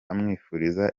amwifuriza